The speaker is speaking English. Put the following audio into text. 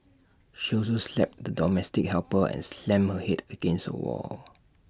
she also slapped the domestic helper and slammed her Head against A wall